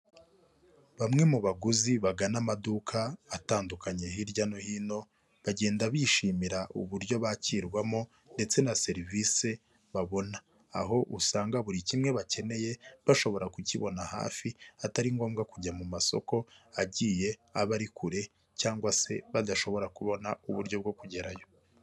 Bamwe mu baguzi bagana amaduka atandukanye hirya no hino, bagenda bishimira uburyo bakirwamo ndetse na serivisi babona, aho usanga buri kimwe bakeneye bashobora kukibona hafi atari ngombwa kujya mu masoko agiye aba ari kure cyangwa se badashobora kubona uburyo bwo kugerayo.